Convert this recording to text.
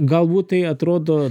galbūt tai atrodo